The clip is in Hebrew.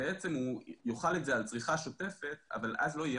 בעצם הוא יוציא את זה על צריכה שוטפת אבל אז לא יהיה